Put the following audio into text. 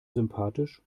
sympathisch